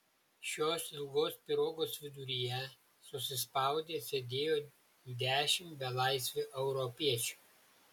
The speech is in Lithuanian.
šios ilgos pirogos viduryje susispaudę sėdėjo dešimt belaisvių europiečių